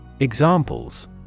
Examples